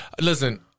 listen